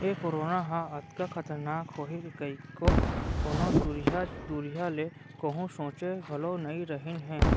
ए corona ह अतका खतरनाक होही कइको कोनों दुरिहा दुरिहा ले कोहूँ सोंचे घलौ नइ रहिन हें